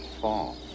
fall